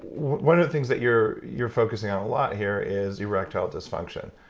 one of the things that you're you're focusing on a lot here is erectile dysfunction.